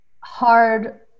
hard